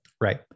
Right